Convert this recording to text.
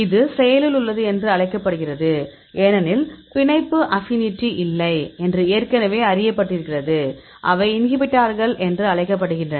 இது செயலில் உள்ளது என்று அழைக்கப்படுகிறது ஏனெனில் பிணைப்பு அபினிட்டி இல்லை என்று ஏற்கனவே அறியப்பட்டிருக்கிறது அவை இன்ஹிபிட்டார்கள் என்று அழைக்கப்படுகின்றன